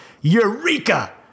Eureka